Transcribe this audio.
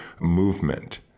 movement